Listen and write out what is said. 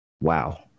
wow